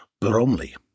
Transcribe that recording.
Bromley